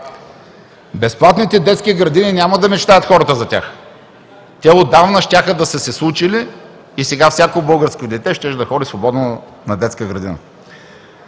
Безплатните детски градини – няма да мечтаят хората за тях. Те отдавна щяха да са се случили и сега всяко българско дете щеше да ходи свободно на детска градина.